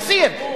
אסיר,